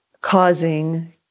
causing